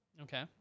Okay